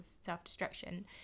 self-destruction